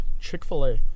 Chick-fil-A